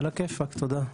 עלא כיפאק תודה,